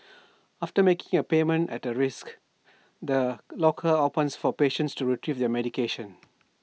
after making A payment at A risk the locker opens for patients to Retrieve their medication